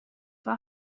vad